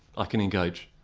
i can engage.